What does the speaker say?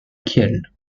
kiel